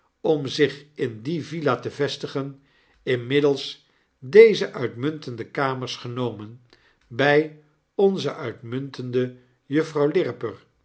om zich in die villa te vestigen inmiddels deze uitmuntende kamers genomen bij onze uitmuntende juffrouw